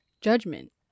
judgment